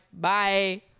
bye